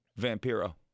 Vampiro